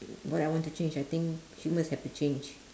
what I want to change I think humans have to change